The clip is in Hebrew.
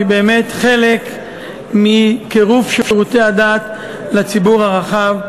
היא באמת חלק מקירוב שירותי הדת לציבור הרחב.